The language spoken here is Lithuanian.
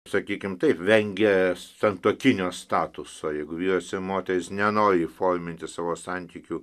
sakykim taip vengia santuokinio statuso jeigu vyras ir moteris nenori įforminti savo santykių